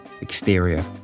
exterior